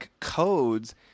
codes